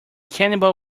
cannibal